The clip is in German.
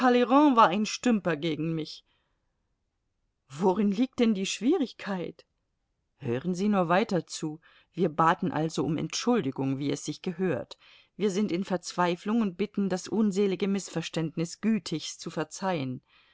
war ein stümper gegen mich worin liegt denn die schwierigkeit hören sie nur weiter zu wir baten also um entschuldigung wie es sich gehört wir sind in verzweiflung und bitten das unselige mißverständnis gütigst zu verzeihen